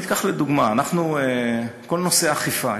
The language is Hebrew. אני אקח לדוגמה את כל נושא האכיפה.